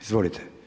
Izvolite.